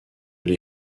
les